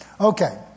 Okay